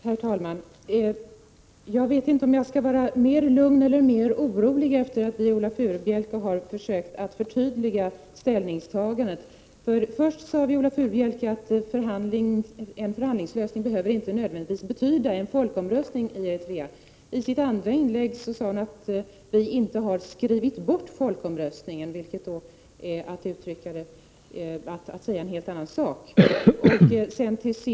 Herr talman! Jag vet inte om jag skall vara mer lugn eller mer orolig efter det att Viola Furubjelke har försökt förtydliga ställningstagandet. Först sade Viola Furubjelke att en förhandlingslösning inte nödvändigtvis behöver betyda en folkomröstning i Eritrea. I sitt andra inlägg sade hon att vi inte har ”skrivit bort” folkomröstningen, vilket är en helt annan sak.